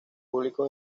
público